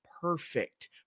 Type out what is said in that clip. perfect